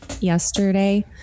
yesterday